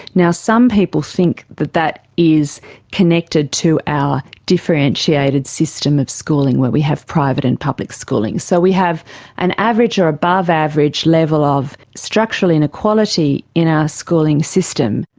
now, some people think that that is connected to our differentiated system of schooling, where we have private and public schooling. so we have an average or above average level of structural inequality in our schooling system,